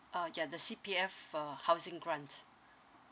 ah ya the C_P_F uh housing grant